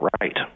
Right